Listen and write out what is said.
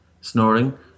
snoring